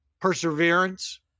Perseverance